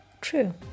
True